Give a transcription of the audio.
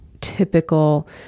typical